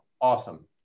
Awesome